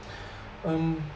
um